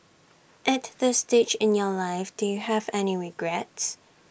at this stage in your life do you have any regrets